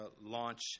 launch